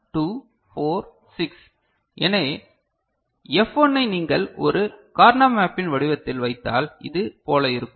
F1 ∑ m2457 F2 ∑ m01246 எனவே F1 ஐ நீங்கள் ஒரு கார்னா மேப்பின் வடிவத்தில் வைத்தால் இது போல இருக்கும்